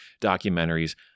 documentaries